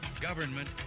Government